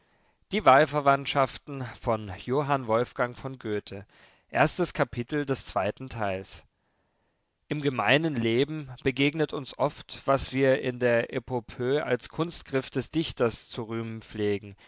zweiter teil erstes kapitel im gemeinen leben begegnet uns oft was wir in der epopöe als kunstgriff des dichters zu rühmen pflegen